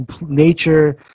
nature